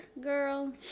Girl